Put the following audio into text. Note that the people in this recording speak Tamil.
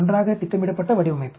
நன்றாக திட்டமிடப்பட்ட வடிவமைப்பு